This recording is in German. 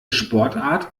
sportart